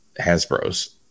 Hasbro's